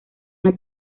una